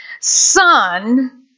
son